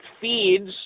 feeds